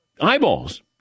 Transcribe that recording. eyeballs